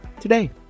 today